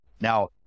now